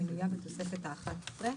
המנויה בתוספת האחת עשרה.